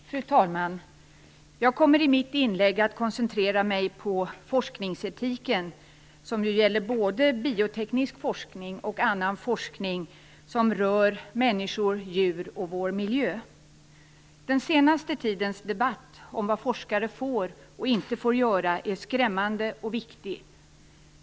Fru talman! Jag kommer i mitt inlägg att koncentrera mig på forskningsetiken, som gäller både bioteknisk forskning och annan forskning som rör människor, djur och vår miljö. Den senaste tidens debatt om vad forskare får och inte får göra är skrämmande och viktig.